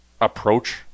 approach